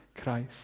Christ